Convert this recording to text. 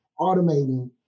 automating